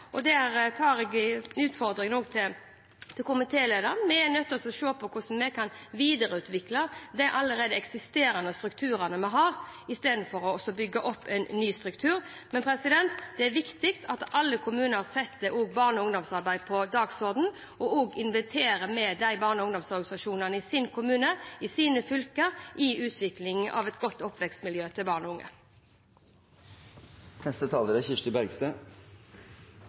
Jeg tar utfordringen fra komitélederen. Vi er nødt til å se på hvordan vi kan videreutvikle de allerede eksisterende strukturene vi har, istedenfor å bygge opp en ny struktur. Men det er viktig at alle kommuner setter barne- og ungdomsarbeid på dagsordenen og inviterer med de barne- og ungdomsorganisasjonene som er i kommunene og fylkene deres, i utviklingen av et godt oppvekstmiljø for barn og